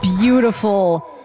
beautiful